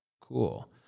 cool